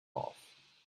off